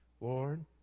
Lord